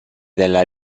della